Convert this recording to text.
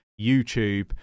youtube